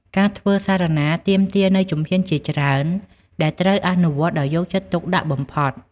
ការធ្វើសារណាទាមទារនូវជំហានជាច្រើន ដែលត្រូវអនុវត្តដោយយកចិត្តទុកដាក់បំផុត។